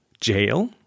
jail